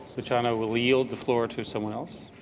luciano will yield the floor to someone else.